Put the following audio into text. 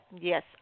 yes